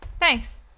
Thanks